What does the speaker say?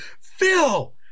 Phil